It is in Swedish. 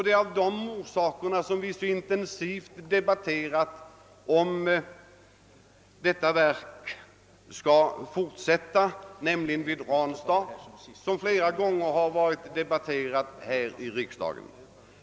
Detta är också orsaken till att vi så ofta sysslar med frågan huruvida vi skall fortsätta driften vid Ranstadsverket, en sak som vi ju flera gånger och mycket intensivt har debatterat här i riksdagen.